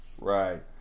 Right